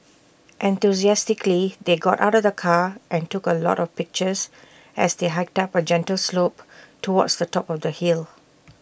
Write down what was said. enthusiastically they got out the car and took A lot of pictures as they hiked up A gentle slope towards the top of the hill